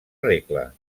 regla